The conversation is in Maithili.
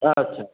अच्छा